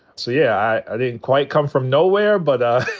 so yeah, i didn't quite come from nowhere. but